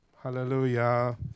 Hallelujah